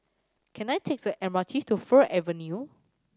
can I take the M R T to Fir Avenue